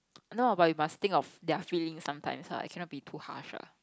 no but you must think of their feelings sometimes ah you cannot be too harsh ah